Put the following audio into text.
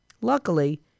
Luckily